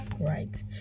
Right